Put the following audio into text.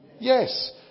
Yes